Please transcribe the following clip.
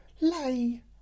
Lay